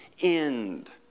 end